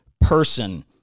person